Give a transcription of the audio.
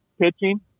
pitching